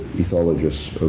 ethologists